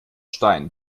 stein